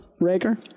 Raker